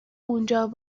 اونجا